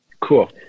cool